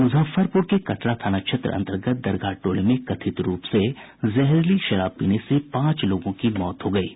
मुजफ्फरपुर के कटरा थाना क्षेत्र अंतर्गत दरगाह टोले में कथित रूप से जहरीली शराब पीने से पांच लोगों की मौत हो गयी है